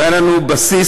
והיה לנו בסיס,